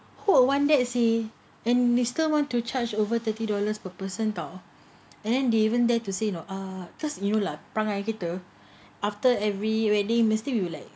who would wanted seh and he still want to charge over thirty dollars per person tahu and they even dare to say you know err because you know lah perangai kita after every wedding mesti will like